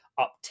up